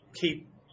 keep